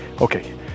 Okay